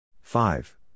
Five